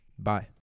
Bye